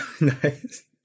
Nice